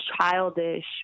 childish